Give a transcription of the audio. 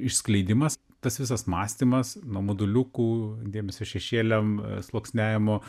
išskleidimas tas visas mąstymas nuo moduliukų dėmesio šešėliam sluoksniavimo